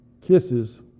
kisses